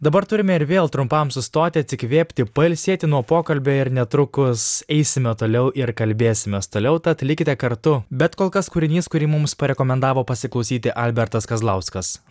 dabar turime ir vėl trumpam sustoti atsikvėpti pailsėti nuo pokalbio ir netrukus eisime toliau ir kalbėsimės toliau tad likite kartu bet kol kas kūrinys kurį mums parekomendavo pasiklausyti albertas kazlauskas